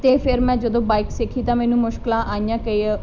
ਤੇ ਫਿਰ ਮੈਂ ਜਦੋਂ ਬਾਈਕ ਸਿੱਖੀ ਤਾਂ ਮੈਨੂੰ ਮੁਸ਼ਕਿਲਾਂ ਆਈਆਂ ਕਈ